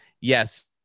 yes